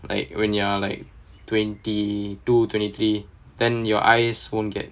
like when you are like twenty two twenty three then your eyes won't get